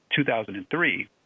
2003